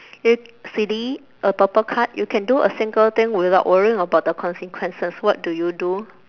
silly a purple card you can do a single thing without worrying about the consequences what do you do